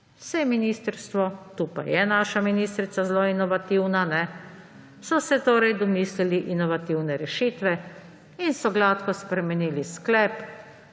je ministrstvo, tu pa je naša ministrica zelo inovativna, so se domislili inovativne rešitve in so gladko spremenili sklep